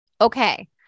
Okay